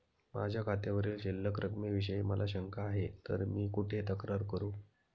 माझ्या खात्यावरील शिल्लक रकमेविषयी मला शंका आहे तर मी कुठे तक्रार करू?